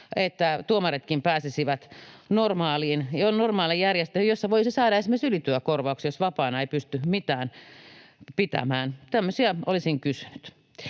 että tuomaritkin pääsisivät normaaliin järjestelmään, jossa voisi saada esimerkiksi ylityökorvauksia, jos vapaana ei pysty mitään pitämään? Tämmöisiä olisin kysynyt.